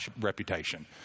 reputation